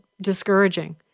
discouraging